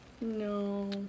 No